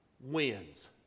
wins